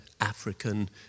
African